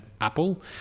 Apple